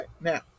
now